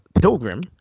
Pilgrim